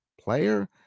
player